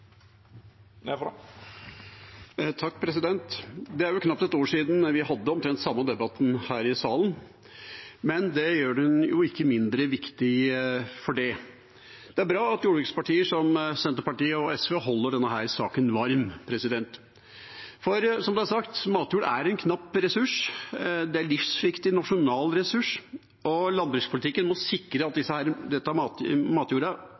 knapt et år siden vi hadde omtrent samme debatt her i salen. Men det gjør den jo ikke mindre viktig. Det er bra at jordbrukspartier som Senterpartiet og SV holder denne saken varm. For, som det er sagt, matjord er en knapp ressurs, det er en livsviktig nasjonal ressurs, og landbrukspolitikken må sikre at